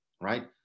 right